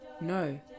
No